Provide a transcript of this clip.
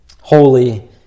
holy